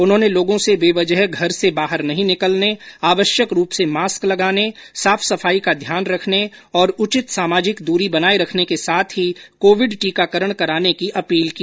उन्होंने लोगों से बेवजह घर से बाहर नहीं निकलने आवश्यक रूप से मास्क लगाने साफ सफाई का ध्यान रखने और उचित सामाजिक दूरी बनाये रखने के साथ ही कोविड टीकाकरण कराने की अपील की